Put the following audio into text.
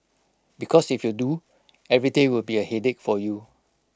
because if you do every day will be A headache for you